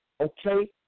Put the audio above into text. Okay